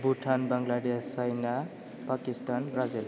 Bhutan Bangladesh China Pakistan Brazil